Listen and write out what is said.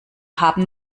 haben